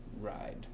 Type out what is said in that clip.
ride